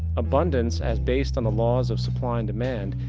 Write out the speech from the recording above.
abundance, as based on the laws of supply and demand,